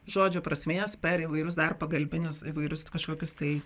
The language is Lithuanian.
žodžio prasmės per įvairūs dar pagalbinius įvairius kažkokius tai